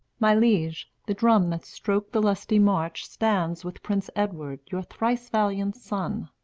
my liege, the drum that stroke the lusty march, stands with prince edward, your thrice valiant son.